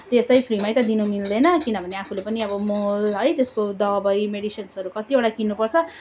त्यसै फ्रीमा त दिनु मिल्दैन किनभने आफूले पनि अब मल है त्यसको दबाई मेडिसिन्सहरू कतिवटा किन्नु पर्छ